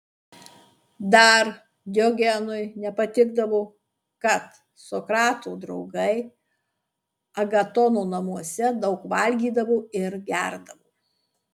dar diogenui nepatikdavo kad sokrato draugai agatono namuose daug valgydavo ir gerdavo